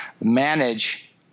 manage